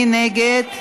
מי נגד?